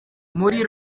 muri